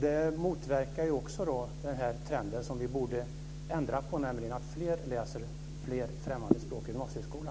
Det motverkar också den trend som vi vill se, dvs.